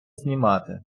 знімати